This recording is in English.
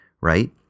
right